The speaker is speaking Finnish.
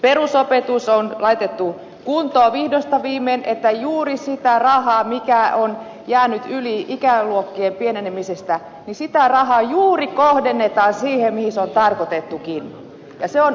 perusopetus on laitettu kuntoon vihdoin viimein että juuri sitä rahaa mikä on jäänyt yli ikäluokkien pienenemisestä sitä rahaa juuri kohdennetaan siihen mihin se on tarkoitettukin ja se on upeata